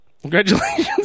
Congratulations